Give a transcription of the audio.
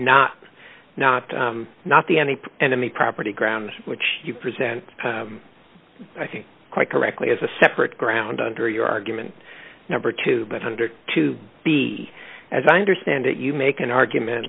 point not not not the any enemy property grounds which you present i think quite correctly as a separate ground under your argument number two but under to be as i understand it you make an argument